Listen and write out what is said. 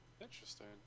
Interesting